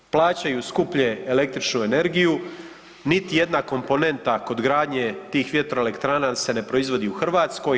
Plaćaju skuplje električnu energiju, niti jedna komponenta kod gradnje tih vjetroelektrana se ne proizvodi u Hrvatskoj.